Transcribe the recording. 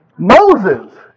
Moses